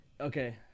okay